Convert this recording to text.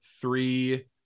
three